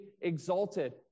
exalted